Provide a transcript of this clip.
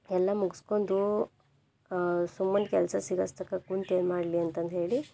ಎಲ್ಲ ಮುಗಿಸ್ಕೊಂಡು ಸುಮ್ಮನೆ ಕೆಲಸ ಸಿಗೋಸ್ತಕ ಕುಂತೇನು ಮಾಡಲಿ ಅಂತಂದು ಹೇಳಿ